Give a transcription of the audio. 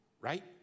right